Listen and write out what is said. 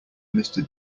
mister